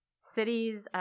Cities